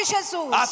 Jesus